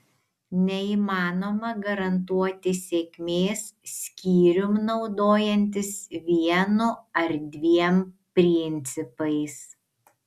neįmanoma garantuoti sėkmės skyrium naudojantis vienu ar dviem principais